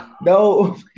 No